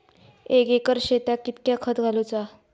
एक एकर शेताक कीतक्या खत घालूचा?